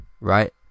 right